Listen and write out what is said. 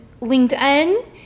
LinkedIn